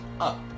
up